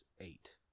eight